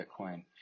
bitcoin